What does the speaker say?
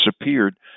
disappeared